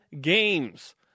games